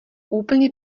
úplně